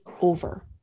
over